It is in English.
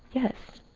yes.